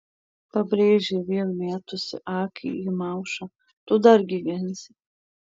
pabrėžė vėl metusi akį į maušą tu dar gyvensi